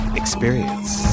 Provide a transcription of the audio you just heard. experience